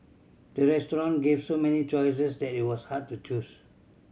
the restaurant gave so many choices that it was hard to choose